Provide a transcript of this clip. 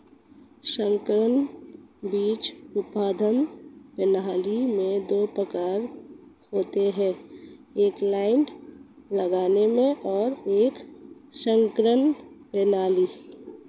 संकर बीज उत्पादन प्रणाली में दो प्रकार होते है इनब्रेड लाइनें और एक संकरण प्रणाली